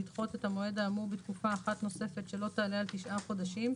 לדחות המועד האמור בתקופה אחת נוספת שלא תעלה על תשעה חודשים,